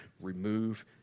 remove